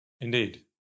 Indeed